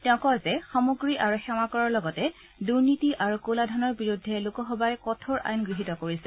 তেওঁ কয় যে সামগ্ৰী আৰু সেৱাকৰৰ লগতে দূৰ্নীতি আৰু কলা ধনৰ বিৰুদ্ধে লোকসভাই কঠোৰ আইন গৃহীত কৰিছে